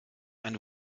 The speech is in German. ein